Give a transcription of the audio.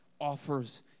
offers